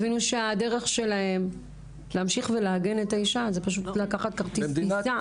הם הבינו שהדרך שלהם להמשיך ולעגן את האישה זה פשוט לקחת כרטיס טיסה.